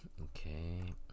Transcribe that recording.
Okay